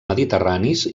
mediterranis